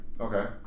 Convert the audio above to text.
Okay